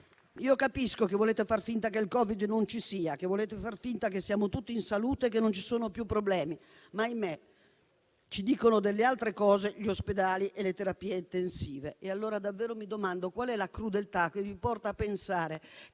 Capisco che volete far finta che il Covid non ci sia, che volete far finta che siamo tutti in salute e che non ci siano più problemi, ma - ahimè - ci dicono altre cose gli ospedali e le terapie intensive. E allora davvero mi domando: qual è la crudeltà che vi porta a pensare